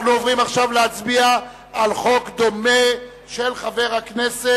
58 בעד, שישה נגד,